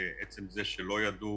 עצם זה שלא ידעו